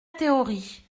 théorie